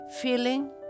Feeling